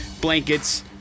blankets